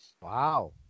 Wow